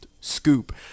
scoop